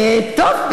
טוב,